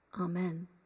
Amen